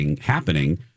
happening